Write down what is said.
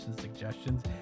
suggestions